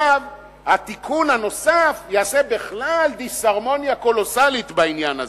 התיקון הנוסף יעשה בכלל דיסהרמוניה קולוסלית בעניין הזה.